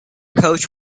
coach